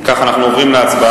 אם כך, אנחנו עוברים להצבעה.